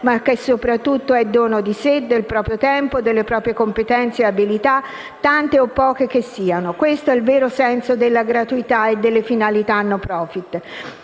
ma che soprattutto è dono di sé, del proprio tempo, delle proprie competenze ed abilità, tante o poche che siano. Questo è il senso vero della gratuità e delle finalità *no profit*.